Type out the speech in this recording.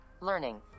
Learning